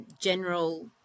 general